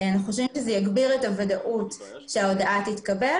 אנחנו חושבים שזה יגביר את הוודאות שההודעה תתקבל